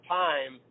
time